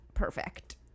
perfect